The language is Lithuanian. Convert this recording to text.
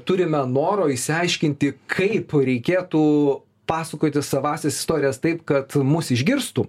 turime noro išsiaiškinti kaip reikėtų pasakoti savąsias istorijas taip kad mus išgirstų